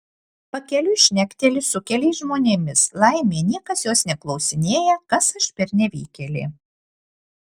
pakeliui šnekteli su keliais žmonėmis laimė niekas jos neklausinėja kas aš per nevykėlė